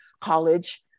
college